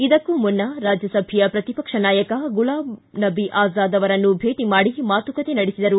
ಇದಕ್ಕೂ ಮುನ್ನ ರಾಜ್ಯಸಭೆಯ ಪ್ರತಿಪಕ್ಷ ನಾಯಕ ಗುಲಾಮ್ ನಬೀ ಆಜಾದ್ ಅವರನ್ನು ಭೇಟಿ ಮಾಡಿ ಮಾತುಕತೆ ನಡೆಸಿದರು